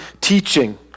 teaching